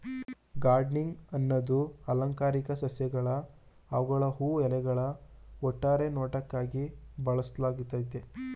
gardening ಅನ್ನದು ಅಲಂಕಾರಿಕ ಸಸ್ಯಗಳ್ನ ಅವ್ಗಳ ಹೂ ಎಲೆಗಳ ಒಟ್ಟಾರೆ ನೋಟಕ್ಕಾಗಿ ಬೆಳ್ಸೋದಾಗಯ್ತೆ